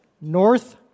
North